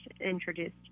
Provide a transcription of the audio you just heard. introduced